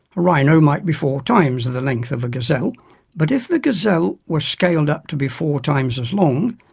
a rhino might be four times the length of a gazelle but if the gazelle were scaled up to be four times as long,